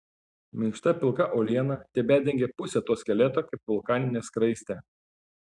minkšta pilka uoliena tebedengė pusę to skeleto kaip vulkaninė skraistė